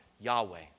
Yahweh